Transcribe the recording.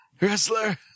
Wrestler